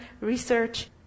research